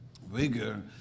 vigor